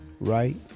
right